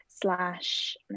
slash